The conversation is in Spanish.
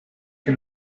que